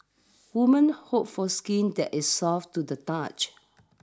women hope for skin that is soft to the touch